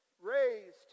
raised